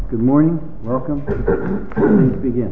good morning america begin